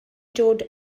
dod